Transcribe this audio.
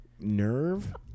nerve